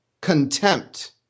contempt